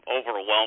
overwhelmed